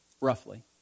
roughly